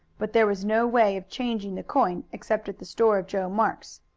but there was no way of changing the coin except at the store of joe marks.